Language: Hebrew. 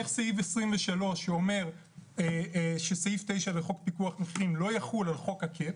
איך סעיף 23 שאומר שסעיף 9 לחוק פיקוח מחירים לא יחול על חוק הקאפ,